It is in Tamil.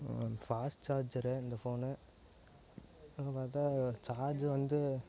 ஃபாஸ்ட் சார்ஜரு இந்த ஃபோனு வந்து பார்த்தா சார்ஜு வந்து